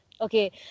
okay